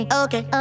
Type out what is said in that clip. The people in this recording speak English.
okay